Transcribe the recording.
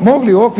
mogli u okviru